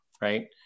Right